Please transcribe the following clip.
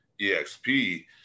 EXP